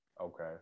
Okay